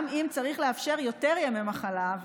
גם אם צריך לאפשר יותר ימי מחלה,